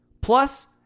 plus